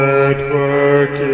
Network